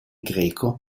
greco